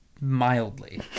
mildly